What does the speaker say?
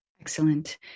Excellent